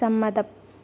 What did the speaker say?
സമ്മതം